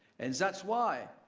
and that's why,